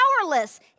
powerless